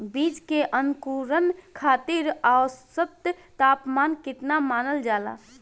बीज के अंकुरण खातिर औसत तापमान केतना मानल जाला?